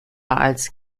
als